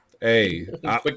Hey